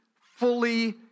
fully